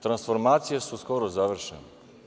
Transformacije su skoro završene.